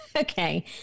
okay